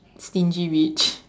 stingy rich